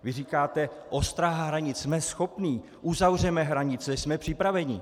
Vy říkáte: Ostraha hranic, jsme schopni, uzavřeme hranice, jsme připraveni.